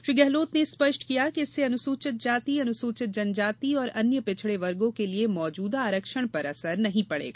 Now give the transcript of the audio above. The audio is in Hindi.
श्री गहलोत ने स्पष्ट किया कि इससे अनुसूचित जाति अनुसूचित जनजाति और अन्य पिछड़े वर्गों के लिए मौजूदा आरक्षण पर असर नहीं पड़ेगा